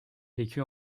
vécut